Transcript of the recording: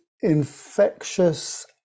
infectious